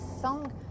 song